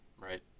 Right